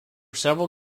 several